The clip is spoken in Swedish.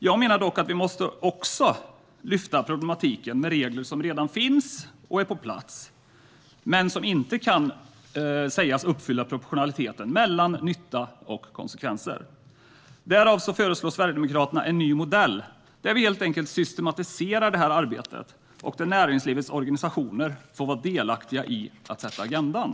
Jag menar dock att vi också måste lyfta upp problemet med regler som redan finns på plats men som inte kan sägas uppfylla proportionaliteten mellan nytta och konsekvenser. Därför föreslår Sverigedemokraterna en ny modell där arbetet systematiseras och där näringslivets organisationer får vara delaktiga i att sätta agendan.